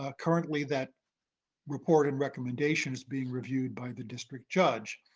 ah currently, that report and recommendation is being reviewed by the district judge.